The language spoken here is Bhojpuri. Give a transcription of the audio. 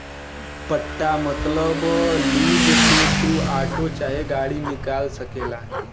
पट्टा मतबल लीज पे तू आटो चाहे गाड़ी निकाल सकेला